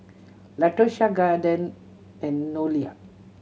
Latosha Caden and Noelia